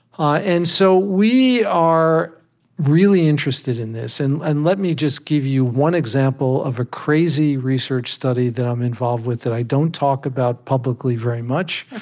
and so we are really interested in this and and let me just give you one example of a crazy research study that i'm involved with that i don't talk about publicly very much.